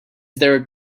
there